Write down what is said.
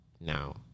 now